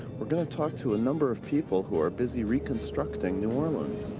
we're going to talk to a number of people who are busy reconstructing new orleans.